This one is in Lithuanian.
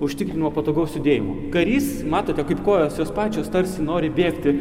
užtikrinimo patogaus judėjimo karys matote kaip kojos jos pačios tarsi nori bėgti